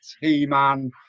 He-Man